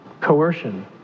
coercion